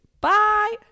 Bye